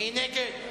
מי נגד?